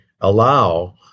allow